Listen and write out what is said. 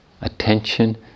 attention